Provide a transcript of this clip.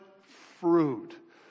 fruit